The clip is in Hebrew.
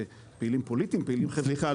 פוליטיים וחברתיים --- סליחה,